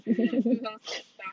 that's some sad stuff